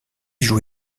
joue